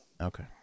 Okay